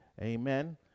Amen